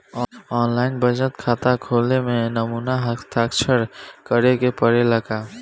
आन line बचत खाता खोले में नमूना हस्ताक्षर करेके पड़ेला का?